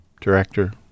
director